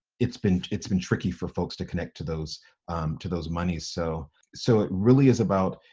it's been it's been tricky for folks to connect to those to those monies. so so it really is about,